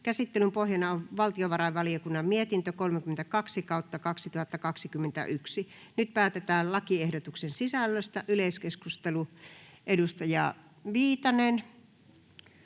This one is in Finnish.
Käsittelyn pohjana on valtiovarainvaliokunnan mietintö VaVM 32/2021 vp. Nyt päätetään lakiehdotuksen sisällöstä. — Yleiskeskustelu, edustaja Viitanen.